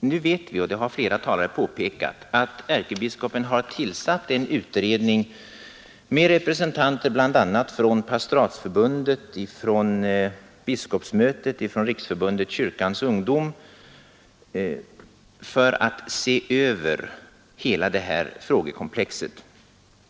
Vi vet, och det har flera talare påpekat, att ärkebiskopen har tillsatt en utredning med representanter från bl.a. biskopsmötet, Pastoratsförbundet och Riksförbundet kyrkans ungdom för att se över hela frågekomplexet.